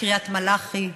בקריית מלאכי,